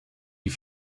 die